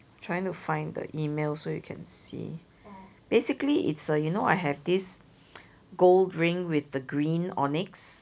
trying to find the email so you can see basically it's a you know I have this gold ring with the green onyx